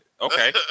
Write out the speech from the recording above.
Okay